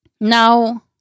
Now